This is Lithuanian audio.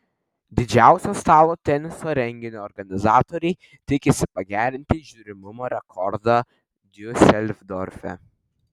didžiausio stalo teniso renginio organizatoriai tikisi pagerinti žiūrimumo rekordą diuseldorfe